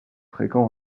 fréquent